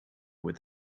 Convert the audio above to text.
with